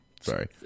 Sorry